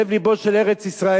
לב לבה של ארץ-ישראל.